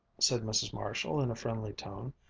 said mrs. marshall in a friendly tone.